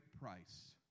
price